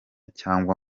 cyangwa